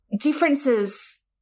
differences